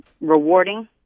rewarding